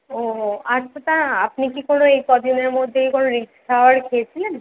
ও আচ্ছা তা আপনি কি কোনো এই ক দিনের মধ্যে কি কোনো রিচ খাওয়ার খেয়েছিলেন